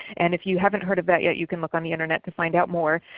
and if you haven't heard of that yet you can look on the internet to find out more.